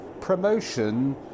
Promotion